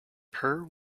per